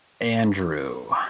Andrew